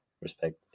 Respect